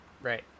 Right